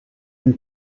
une